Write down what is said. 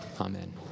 Amen